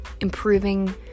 improving